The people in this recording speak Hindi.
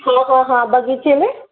हाँ हाँ हाँ बगीचे में